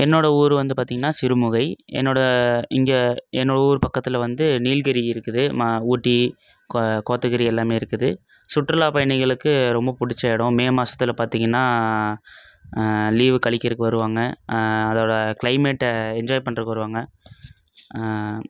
என்னோடய ஊர் வந்து பார்த்திங்கனா சிறுமுகை என்னோடய இங்கே என்னோடய ஊர் பக்கத்தில் வந்து நீலகிரி இருக்குது ம ஊட்டி கோ கோத்தகிரி எல்லாமே இருக்குது சுற்றுலா பயணிகளுக்கு ரொம்ப பிடிச்ச எடம் மே மாதத்துல பார்த்திங்கனா லீவு கழிக்குறதுக்கு வருவாங்க அதோடய க்ளைமட்டை என்ஜாய் பண்றதுக்கு வருவாங்க